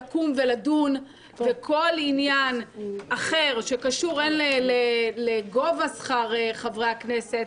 לקום ולדון בכל עניין אחר שקשור הן לגובה שכר חברי הכנסת,